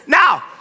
now